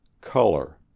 Color